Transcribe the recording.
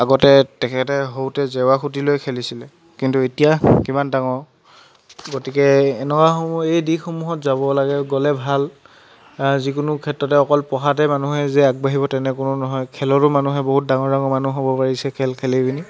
আগতে তেখেতে সৰুতে জেওৰা খুটি লৈ খেলিছিলে কিন্তু এতিয়া কিমান ডাঙৰ গতিকে এনেকুৱাসমূহ এই দিশসমূহত যাব লাগে গ'লে ভাল যিকোনো ক্ষেত্ৰতে অকল পঢ়াতে মানুহে যে আগবাঢ়িব তেনে কোনো নহয় খেলতো মানুহে বহুত ডাঙৰ ডাঙৰ মানুহ হ'ব পাৰিছে খেল খেলি পিনি